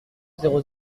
zéro